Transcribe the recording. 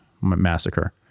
massacre